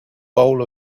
bowl